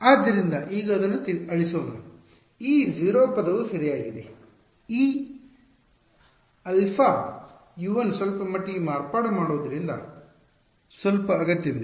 ಆದ್ದರಿಂದ ಈಗ ಇದನ್ನು ಅಳಿಸೋಣ ಈ 0 ಪದವು ಸರಿಯಾಗಿದೆ ಈ ಆಲ್ಫಾ U1 ಸ್ವಲ್ಪಮಟ್ಟಿಗೆ ಮಾರ್ಪಾಡು ಮಾಡುವುದರಿಂದ ಸ್ವಲ್ಪ ಅಗತ್ಯವಿದೆ